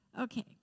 Okay